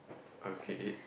okay